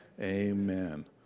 Amen